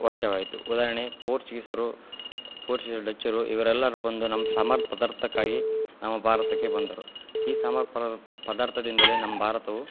ವರ್ಷವಾಯಿತು ಉದಾಹರಣೆ ಪೋರ್ಚುಗೀಸ್ರು ಪೊರ್ಚರು ಡಚ್ಚರು ಇವರೆಲ್ಲರು ಬಂದು ನಮ್ಮ ಸಾಂಬಾರು ಪದಾರ್ಥಕ್ಕಾಗಿ ನಮ್ಮ ಭಾರತಕ್ಕೆ ಬಂದರು ಈ ಸಾಂಬಾರು ಪರ ಪದಾರ್ಥದಿಂದಲೇ ನಮ್ಮ ಭಾರತವು